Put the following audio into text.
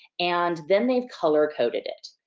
and, then they've color coded it.